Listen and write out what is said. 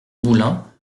boulins